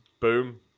Boom